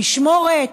משמורת,